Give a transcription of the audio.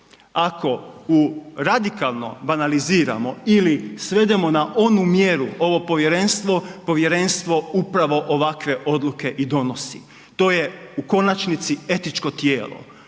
Ako u radikalno banaliziramo ili svedemo na onu mjeru ovo povjerenstvo, povjerenstvo upravo ovakve odluke i donosi. To je u konačnici etičko tijelo.